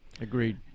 Agreed